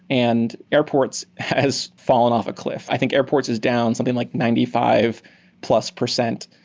and airports has fallen off a cliff. i think airports is down something like ninety five plus percent.